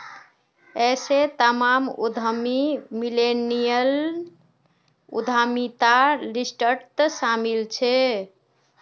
ऐसे तमाम उद्यमी मिल्लेनियल उद्यमितार लिस्टत शामिल छे